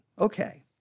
Okay